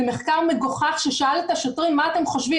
זה מחקר מגוחך ששאל את השוטרים: מה אתם חושבים,